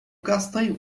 castanho